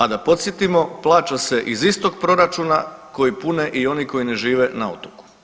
A da podsjetimo plaća se iz istog proračuna koji pune i oni koji ne žive na otoku.